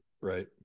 Right